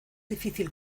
difícil